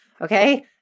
Okay